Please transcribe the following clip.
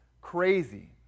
crazy